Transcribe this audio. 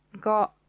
got